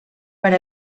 per